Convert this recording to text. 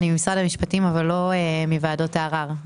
אני ממשרד המשפטים, אבל לא מוועדות הערר.